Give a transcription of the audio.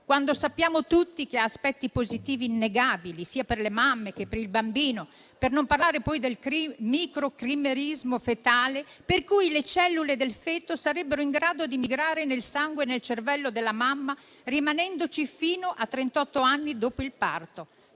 quando sappiamo tutti che ha aspetti positivi innegabili sia per le mamme che per il bambino, per non parlare poi del microchimerismo fetale, per cui le cellule del feto sarebbero in grado di migrare nel sangue e nel cervello della mamma rimanendoci fino a trentott'anni dopo il parto,